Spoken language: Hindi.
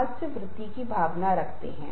और इसलिए मुद्दे आते हैं